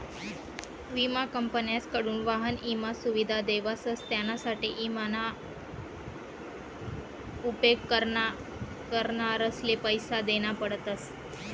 विमा कंपन्यासकडथून वाहन ईमा सुविधा देवावस त्यानासाठे ईमा ना उपेग करणारसले पैसा देना पडतस